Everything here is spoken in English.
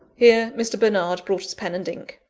here mr. bernard brought us pen and ink.